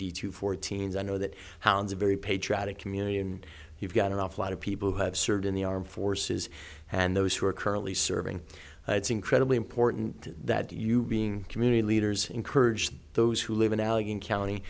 d two fourteen's i know that hounds are very patriotic community and you've got an awful lot of people who have served in the armed forces and those who are currently serving it's incredibly important that you being community leaders encouraged those who live in allegheny county